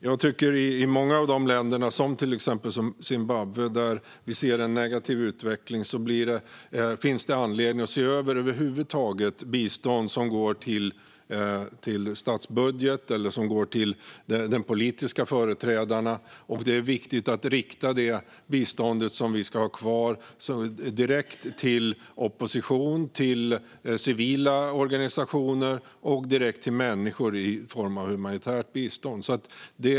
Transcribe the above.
Fru talman! Jag tycker att det för många länder som exempelvis Zimbabwe, där vi ser en negativ utveckling, finns anledning att se över bistånd över huvud taget som går till statsbudget eller till de politiska företrädarna. Det är viktigt att rikta det bistånd som vi ska ha kvar direkt till opposition, till civila organisationer och till människor i form av humanitärt bistånd.